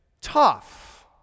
tough